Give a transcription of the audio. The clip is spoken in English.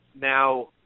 now